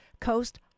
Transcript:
Coast